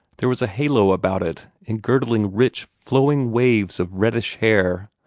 there was a halo about it, engirdling rich, flowing waves of reddish hair,